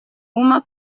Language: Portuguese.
uma